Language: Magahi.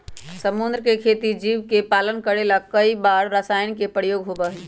समुद्र के खेती जीव के पालन करे ला कई बार रसायन के प्रयोग होबा हई